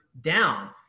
down